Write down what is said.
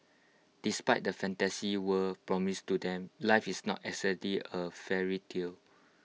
despite the fantasy world promised to them life is not exactly A fairy tale